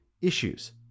issues